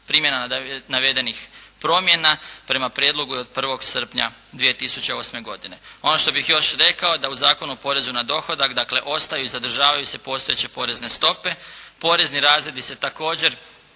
Primjena navedenih promjena prema prijedlogu je od 1. srpnja 2008. godine. Ono što bih još rekao, da u Zakonu o porezu na dohodak, dakle ostaju i zadržavaju se postojeće porezne stope. Porezni razredi se također